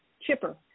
chipper